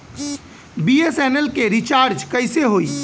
BSNL के recharge कैसे होयी?